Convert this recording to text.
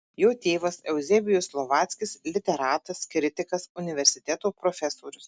jo tėvas euzebijus slovackis literatas kritikas universiteto profesorius